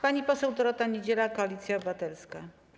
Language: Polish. Pani poseł Dorota Niedziela, Koalicja Obywatelska.